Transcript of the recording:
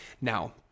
Now